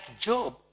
Job